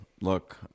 look